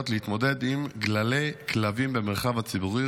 להתמודד עם גללי כלבים במרחב הציבורי.